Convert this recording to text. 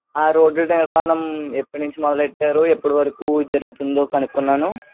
ఆ రోడ్డు నిర్మాణం ఎప్పటి నుంచి మొదలు పెట్టారో ఎప్పటివరకు జరుగుతుందో కనుక్కున్నాను